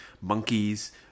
monkeys